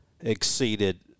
exceeded